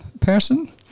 person